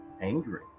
angry